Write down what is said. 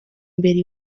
mbere